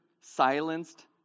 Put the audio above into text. silenced